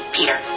Peter